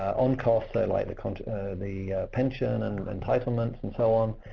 on-costs, so like the kind of the pension, and entitlements, and so on.